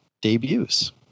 debuts